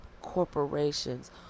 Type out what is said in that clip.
corporations